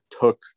took